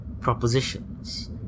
propositions